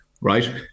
right